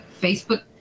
Facebook